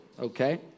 okay